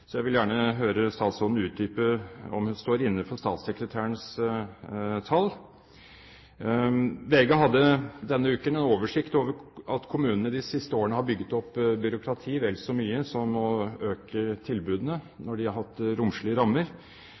Så jeg vil gjerne høre statsråden utdype om hun står inne for statssekretærens tall. VG hadde forrige uke en oversikt over at kommunene de siste årene har bygget opp byråkrati vel så mye som å øke tilbudene når de har hatt romslige rammer.